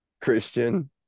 Christian